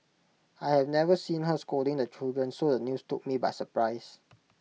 I have never seen her scolding the children so the news took me by surprise